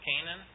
Canaan